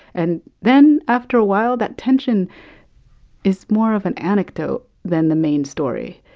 and then after a while, that tension is more of an anecdote than the main story.